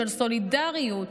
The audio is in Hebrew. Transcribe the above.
של סולידריות,